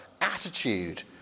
attitude